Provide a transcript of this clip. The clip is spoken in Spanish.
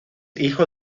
hijo